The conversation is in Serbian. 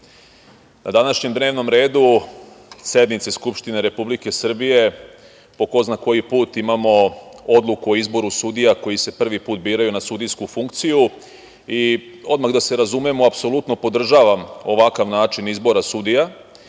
na današnjem dnevnom redu sednice Skupštine Republike Srbije po ko zna koji put imamo odluku o izboru sudija koji se prvi put biraju na sudijsku funkciju. Odmah da se razumemo, apsolutno podržavam ovakav način izbora sudija